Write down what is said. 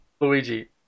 Luigi